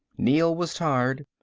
neel was tired,